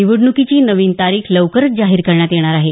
निवडण्कीची नवीन तारीख लवकरच जाहीर करण्यात येणार आहे